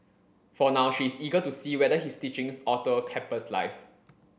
for now she is eager to see whether his teachings alter campus life